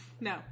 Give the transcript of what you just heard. no